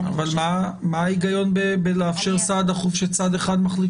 אבל מה ההיגיון לאפשר סעד דחוף שצד אחד מחליט